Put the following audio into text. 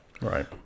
Right